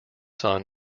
son